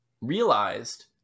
realized